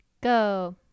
go